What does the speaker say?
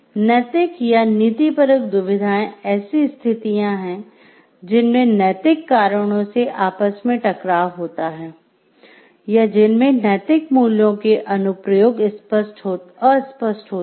नैतिक या नीतिपरक दुविधाएं ऐसी स्थितियां हैं जिनमें नैतिक कारणों से आपस में टकराव होता हैं या जिनमें नैतिक मूल्यों के अनुप्रयोग अस्पष्ट होते हैं